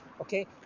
Okay